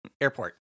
Airport